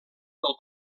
del